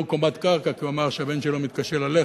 קומת קרקע כי הוא אמר שהבן שלו מתקשה ללכת,